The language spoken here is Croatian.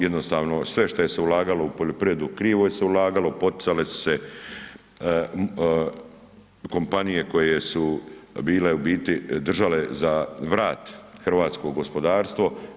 Jednostavno sve što se je ulagalo u poljoprivredu, krivo se ulagalo, poticale su se kompanije koje su bile u biti držale za vrat hrvatsko gospodarstvo.